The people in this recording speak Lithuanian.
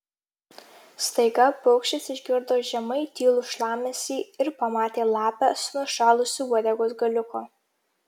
staiga paukštis išgirdo žemai tylų šlamesį ir pamatė lapę su nušalusiu uodegos galiuku